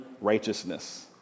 righteousness